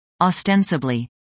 ostensibly